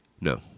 No